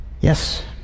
Yes